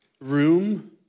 room